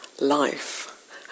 life